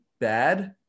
bad